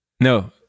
no